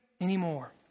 anymore